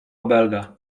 obelga